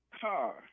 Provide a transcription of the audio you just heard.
car